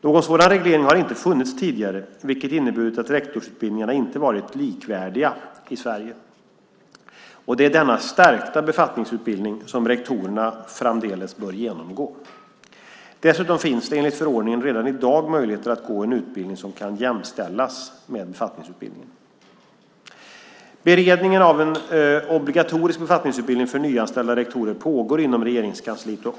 Någon sådan reglering har inte funnits tidigare, vilket inneburit att rektorsutbildningarna inte varit likvärdiga i Sverige. Det är denna stärkta befattningsutbildning som rektorerna framdeles bör genomgå. Dessutom finns det, enligt förordningen, redan i dag möjligheter att gå en utbildning som kan jämställas med befattningsutbildningen. Beredningen av en obligatorisk befattningsutbildning för nyanställda rektorer pågår inom Regeringskansliet.